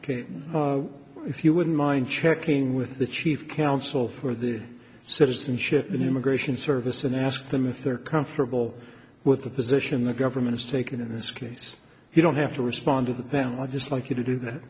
yes if you wouldn't mind checking with the chief counsel for the citizenship and immigration service and ask them if they are comfortable with the position the government is taking in this case you don't have to respond with a valid just like you to do that